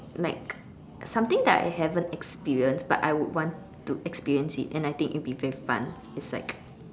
like something that I haven't experienced but I would want to experience it and I think it will be very fun is like